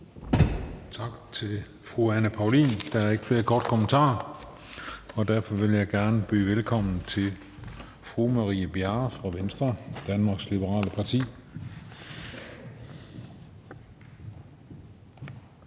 Tak til fru Anne Paulin – der er ikke flere korte bemærkninger. Derfor vil jeg gerne byde velkommen til fru Marie Bjerre fra Venstre, Danmarks Liberale Parti.